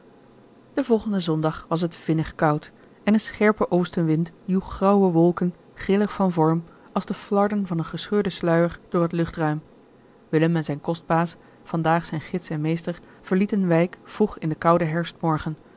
den volgenden zondag was het vinnig koud en een scherpe oostenwind joeg grauwe wolken grillig van vorm als de flarden van een gescheurden sluier door het luchtruim willem en zijn kostbaas vandaag zijn gids en meester verlieten wijk vroeg in den kouden herfstmorgen